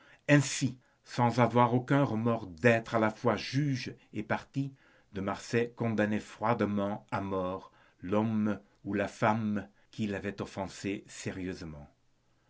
ainsi sans avoir aucun remords d'être à la fois juge et partie de marsay condamnait froidement à mort l'homme ou la femme qui l'avait offensé sérieusement